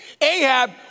Ahab